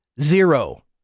zero